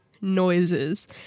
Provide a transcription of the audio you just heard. noises